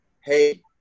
hey